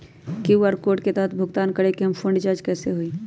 QR code के तहद भुगतान करके हम फोन रिचार्ज कैसे होई?